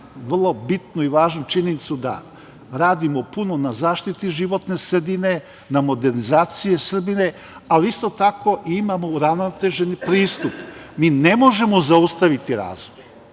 vrlo bitnu i važnu činjenicu da radimo puno na zaštiti životne sredine, na modernizacije Srbije, ali isto tako imamo uravnotežen pristup. Mi ne možemo zaustaviti razvoj,